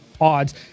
odds